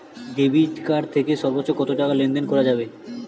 Debit card থেকে সর্বোচ্চ কত টাকা লেনদেন করা যাবে?